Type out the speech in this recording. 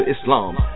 Islam